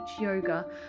yoga